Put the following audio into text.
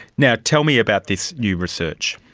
yeah tell me about this new research.